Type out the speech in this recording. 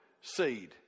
seed